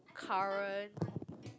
current